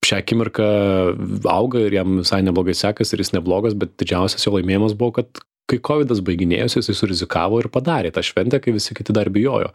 šią akimirką auga ir jam visai neblogai sekasi ir jis neblogas bet didžiausias jo laimėjimas buvo kad kai kovidas baiginėjosi jisai surizikavo ir padarė tą šventę kai visi kiti dar bijojo